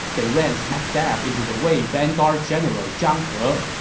they ran smack dab into the wei vanguard general zhang he.